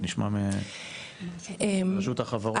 רשות החברות,